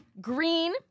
Green